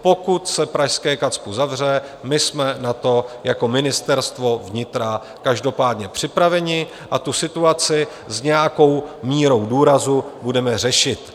Pokud se pražské KACPU zavře, my jsme na to jako Ministerstvo vnitra každopádně připraveni a situaci s nějakou mírou důrazu budeme řešit.